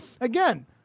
again